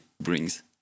brings